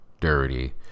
dirty